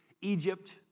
Egypt